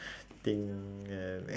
thing uh